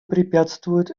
препятствует